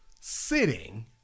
sitting